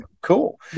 cool